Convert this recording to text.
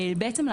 בעצם,